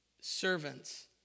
servants